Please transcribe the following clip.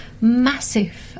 massive